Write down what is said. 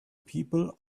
people